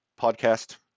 podcast